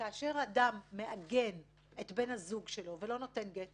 כאשר אדם מעגן את בן הזוג שלו ולא נותן לו גט,